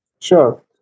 Sure